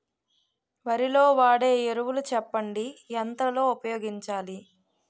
వరిలో వాడే ఎరువులు చెప్పండి? ఎంత లో ఉపయోగించాలీ?